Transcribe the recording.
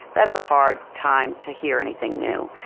that's a hard time to hear anything new.